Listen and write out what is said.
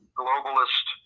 globalist